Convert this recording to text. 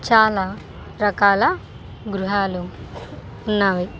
చాలా రకాల గృహాలు ఉన్నావి